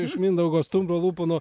iš mindaugo stumbro lūpų nu